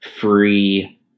free